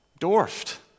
Dwarfed